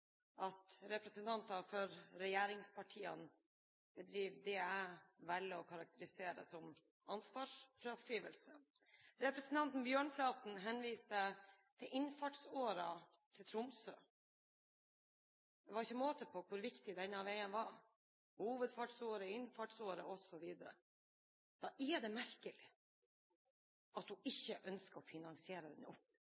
at representanter fra regjeringspartiene bedriver det jeg velger å kalle ansvarsfraskrivelse. Representanten Bjørnflaten henviste til innfartsåren til Tromsø. Det var ikke måte på hvor viktig denne veien var – hovedfartsåre, innfartsåre osv. Da er det merkelig at